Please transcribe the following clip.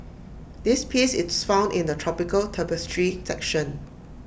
this piece is found in the tropical tapestry section